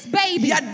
baby